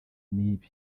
n’ibi